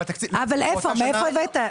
אבל מאיפה הבאת את הנתון?